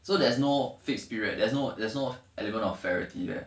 so there's no fixed period there's no there's no element of fairity there